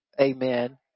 Amen